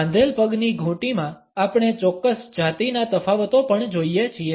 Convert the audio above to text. બાંધેલ પગની ઘૂંટીમાં આપણે ચોક્કસ જાતીના તફાવતો પણ જોઈએ છીએ